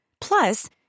Plus